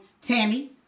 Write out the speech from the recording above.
Tammy